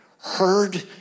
heard